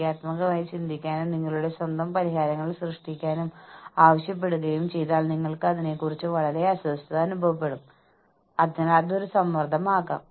അവർ ഭാഗ ഉടമകളാകാൻ പോകുകയാണെങ്കിൽ ഓർഗനൈസേഷൻ എങ്ങനെ പ്രവർത്തിക്കുന്നുവെന്നും ഓർഗനൈസേഷന്റെ പ്രധാന തീരുമാനങ്ങളിലും അവർക്ക് ഒരു അഭിപ്രായം ഉണ്ടായിരിക്കണം